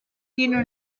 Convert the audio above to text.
tiene